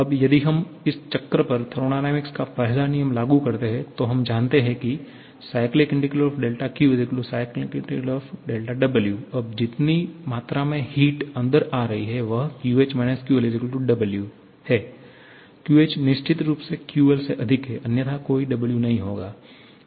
अब यदि हम इस चक्र पर थर्मोडायनामिक्स का पहला नियम लागू करते हैं तो हम जानते हैं कि 𝛿𝑄 𝛿𝑊 अब जितनी मात्रा में हिट अंदर आ रही है वह QH QLW QH निश्चित रूप से QL से अधिक है अन्यथा कोई W नहीं होगा